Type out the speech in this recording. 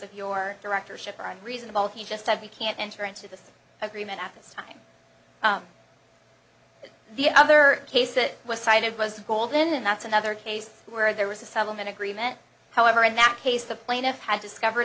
of your directorship are unreasonable he just said we can't enter into the agreement at this time the other case that was cited was golden and that's another case where there was a settlement agreement however in that case the plaintiff had discovered